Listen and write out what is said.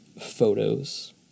photos